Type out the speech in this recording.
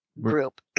group